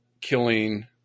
killing